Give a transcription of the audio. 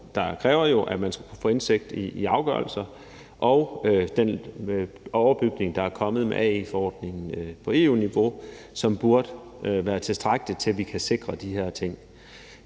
der jo kræver, at man skal kunne få indsigt i afgørelser, og den overbygning, der er kommet med AI-forordningen på EU niveau, som burde være tilstrækkelig til, at vi kan sikre de her ting.